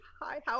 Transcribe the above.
Hi